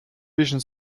vision